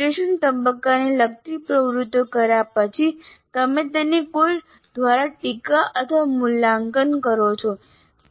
વિશ્લેષણ તબક્કાને લગતી પ્રવૃત્તિઓ કર્યા પછી તમે તેને કોઈ દ્વારા ટીકા અથવા મૂલ્યાંકન કરો છો